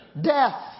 death